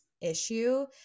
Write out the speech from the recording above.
issue